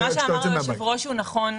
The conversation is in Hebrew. היושב-ראש אמר נכון,